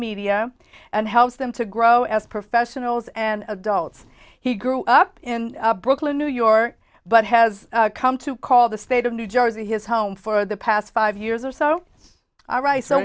media and helps them to grow as professionals and adults he grew up in brooklyn new york but has come to call the state of new jersey his home for the past five years or so